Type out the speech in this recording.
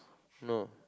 no